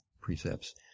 precepts